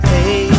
Hey